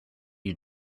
you